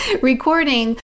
recording